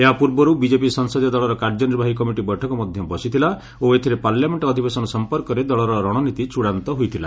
ଏହା ପୂର୍ବରୁ ବିକେପି ସଂସଦୀୟ ଦଳର କାର୍ଯ୍ୟନିର୍ବାହୀ କମିଟି ବୈଠକ ମଧ୍ୟ ବସିଥିଲା ଓ ଏଥିରେ ପାର୍ଲାମେଣ୍ଟ ଅଧିବେଶନ ସମ୍ପର୍କରେ ଦଳର ରଣନୀତି ଚଡ଼ାନ୍ତ ହୋଇଥିଲା